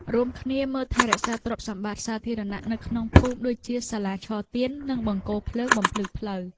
រួមគ្នាមើលថែរក្សាទ្រព្យសម្បត្តិសាធារណៈនៅក្នុងភូមិដូចជាសាលាឆទាននិងបង្គោលភ្លើងបំភ្លឺផ្លូវ។